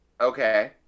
Okay